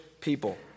people